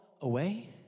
away